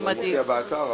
הוא מופיע באתר,